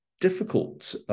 difficult